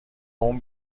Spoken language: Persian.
اون